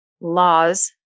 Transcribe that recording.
laws